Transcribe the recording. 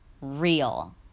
real